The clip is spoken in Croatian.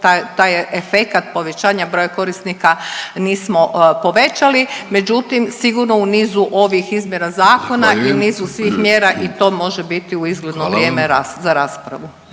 taj efekat povećanja broja korisnika nismo povećali. Međutim, sigurno u niz ovih izmjena zakona …/Upadica: Zahvaljujem./… i nizu svih mjera i to može biti u izgledno vrijeme rast za raspravu.